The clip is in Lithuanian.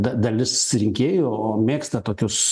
da dalis rinkėjų mėgsta tokius